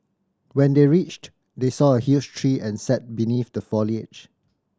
when they reached they saw a huge tree and sat beneath the foliage